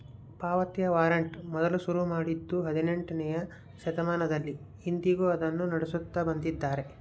ಪಾವತಿಯ ವಾರಂಟ್ ಮೊದಲು ಶುರು ಮಾಡಿದ್ದೂ ಹದಿನೆಂಟನೆಯ ಶತಮಾನದಲ್ಲಿ, ಇಂದಿಗೂ ಅದನ್ನು ನಡೆಸುತ್ತ ಬಂದಿದ್ದಾರೆ